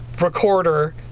recorder